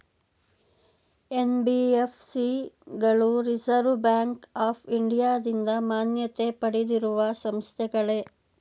NBFC ಗಳು Reserve Bank of ಇಂಡಿಯಾದಿಂದ ಮಾನ್ಯತೆ ಪಡೆದಿರುವ ಸಂಸ್ಥೆಗಳೇ?